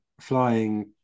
flying